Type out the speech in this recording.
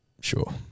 Sure